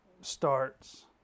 starts